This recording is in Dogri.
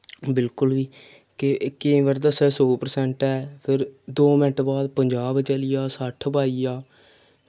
बिल्कुल बी केईं बारी दस्से सौ परसेंट ऐ दौ मिन्ट बाद पंजाह पर आई जा सट्ठ पर आई जा